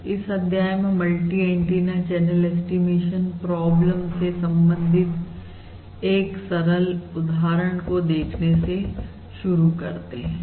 तो इस अध्याय में multi antenna channel estimation problem से संबंधित एक सरल उदाहरण को देखने से शुरू करते हैं